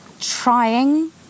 trying